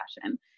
fashion